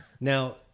Now